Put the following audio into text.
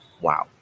wow